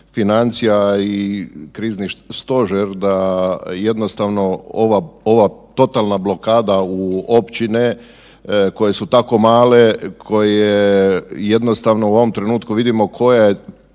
financija i Krizni stožer da jednostavno ova totalna blokada u općine koje su tako male, koje jednostavno u ovom trenutku vidimo koji su